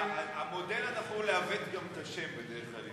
המודל הנכון לעוות גם את השם בדרך כלל,